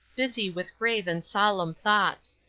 busy with grave and solemn thoughts.